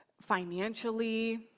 financially